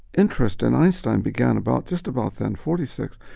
interest in einstein began about just about then forty six,